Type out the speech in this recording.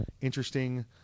interesting